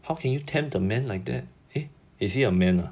how can you tempt the man like that eh is he a man ah